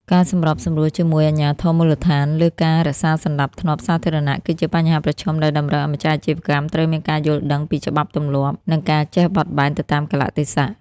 ការសម្របសម្រួលជាមួយអាជ្ញាធរមូលដ្ឋានលើការរក្សាសណ្ដាប់ធ្នាប់សាធារណៈ គឺជាបញ្ហាប្រឈមដែលតម្រូវឱ្យម្ចាស់អាជីវកម្មត្រូវមានការយល់ដឹងពីច្បាប់ទម្លាប់ និងការចេះបត់បែនទៅតាមកាលៈទេសៈ។